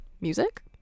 music